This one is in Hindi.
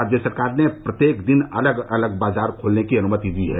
राज्य सरकार ने प्रत्येक दिन अलग अलग बाजार खोलने की अनुमति दी है